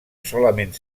solament